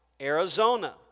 Arizona